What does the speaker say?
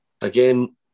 again